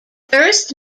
first